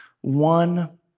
one